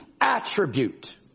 attribute